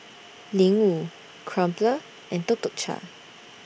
Ling Wu Crumpler and Tuk Tuk Cha